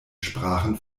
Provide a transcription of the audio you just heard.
sprachen